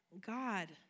God